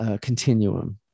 continuum